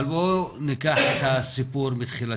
בואו ניקח את הסיפור מתחילתו.